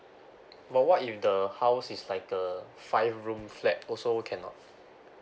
but what if the house is like a five room flat also cannot